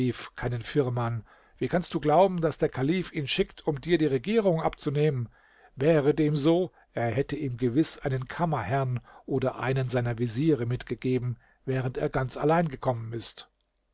keinen firman wie kannst du glauben daß der kalif ihn schickt um dir die regierung abzunehmen wäre dem so er hätte ihm gewiß einen kammerherrn oder einen seiner veziere mitgegeben während er ganz allein gekommen ist